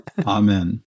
Amen